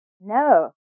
No